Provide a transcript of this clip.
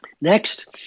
Next